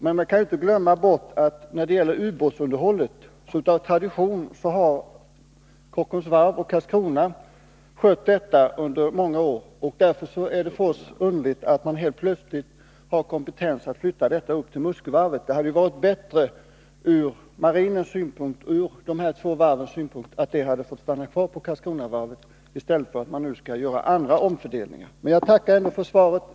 Men vi kan inte glömma bort att ubåtsunderhållet av tradition under många år har skett på Kockums varv och Karlskronavarvet. Därför är det underligt att man plötsligt flyttar detta upp till Muskövarvet. Ur marinens och dessa två varvs synpunkt hade det varit bättre att denna verksamhet fått stanna kvar på Karlskronavarvet, i stället för att man nu skall göra omfördelningar. Jag tackar ändå för svaret.